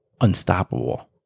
unstoppable